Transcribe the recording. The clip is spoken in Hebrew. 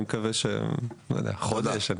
אני מקווה שבעוד חודש.